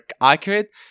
accurate